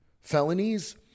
felonies